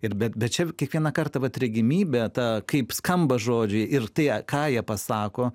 ir bet čia kiekvieną kartą vat regimybė ta kaip skamba žodžiai ir tai ką jie pasako